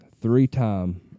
three-time